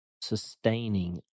sustaining